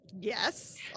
Yes